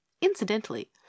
incidentally